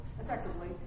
effectively